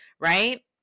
Right